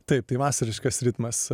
taip tai vasariškas ritmas